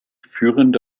führende